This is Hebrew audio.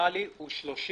המקסימלי הוא 30